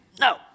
No